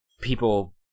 people